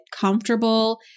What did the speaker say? comfortable